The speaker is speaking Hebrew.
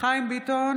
חיים ביטון,